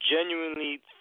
genuinely